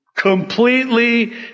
Completely